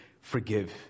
forgive